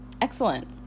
Excellent